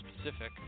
specific